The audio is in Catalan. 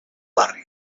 barri